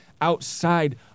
outside